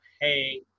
hey